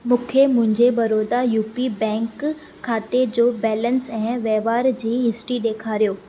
मूंखे मुंहिंजे Baroda UP bank खाते जो बैलेंसु ऐं वहिंवार जी हिस्ट्री ॾेखारियो